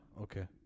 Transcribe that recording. okay